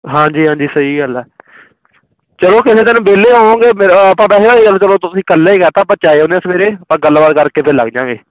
ਹਾਂਜੀ ਹਾਂਜੀ ਸਹੀ ਗੱਲ ਹੈ ਚਲੋ ਕਿਸੇ ਦਿਨ ਵਿਹਲੇ ਹੋਗੇ ਆਪਾਂ ਵੈਹੇ ਚਲੋ ਤੁਸੀਂ ਇਕੱਲੇ ਹੀ ਕਹਿਤਾ ਆਪਾਂ ਜਾ ਆਉਂਦੇ ਸਵੇਰੇ ਆਪਾਂ ਗੱਲਬਾਤ ਕਰਕੇ ਫਿਰ ਲੱਗ ਜਾਂਗੇ